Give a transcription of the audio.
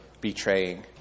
betraying